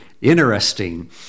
interesting